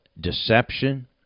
deception